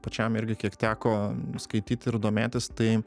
pačiam irgi kiek teko skaityt ir domėtis tai